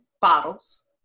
bottles